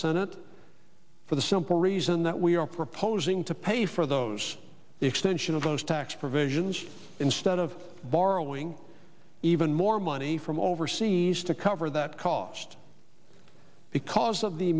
senate for the simple reason that we are proposing to pay for those extension of those tax provisions instead of borrowing even more money from overseas to cover that cost because of the